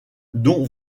dont